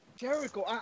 Jericho